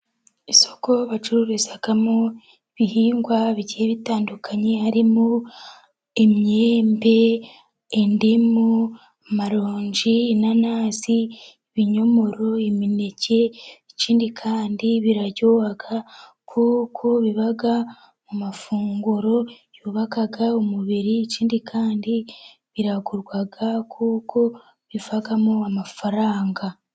Isoko bacururizamo ibihingwa bigiye bitandukanye harimo imyembe, indimu, amaronji, inanasi, ibinyomoro, imineke, ikindi kandi biraryo kuko biba mu mafunguro yubaka umubiri, ikindi kandi biragurwa kuko bivamo amafaranga.